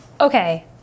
Okay